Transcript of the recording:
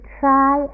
try